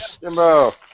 Jimbo